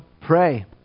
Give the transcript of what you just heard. pray